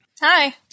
Hi